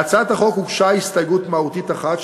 להצעת החוק הוגשה הסתייגות מהותית אחת,